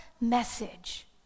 message